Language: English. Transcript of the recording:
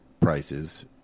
prices